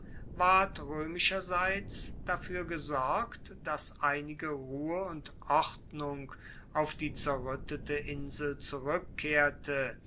ward roemischerseits dafuer gesorgt dass einige ruhe und ordnung auf die zerruettete insel zurueckkehrte